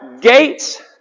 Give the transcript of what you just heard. gates